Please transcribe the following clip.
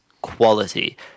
quality